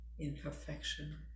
imperfection